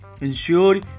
Ensure